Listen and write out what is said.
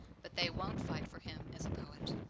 but they won't fight for him as a poet.